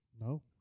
No